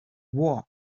war